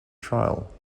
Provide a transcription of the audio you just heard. trial